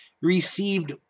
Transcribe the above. Received